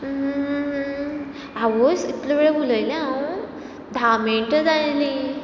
आवयस इतलें वेळ उलयलें हांव धा मिनटां जालीं